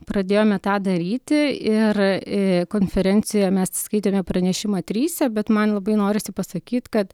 pradėjome tą daryti ir konferencijoje mes skaitėme pranešimą tryse bet man labai norisi pasakyt kad